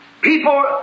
people